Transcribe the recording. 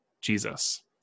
Jesus